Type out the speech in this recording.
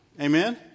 Amen